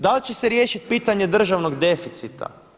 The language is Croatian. Dal će se riješiti pitanje državnog deficita?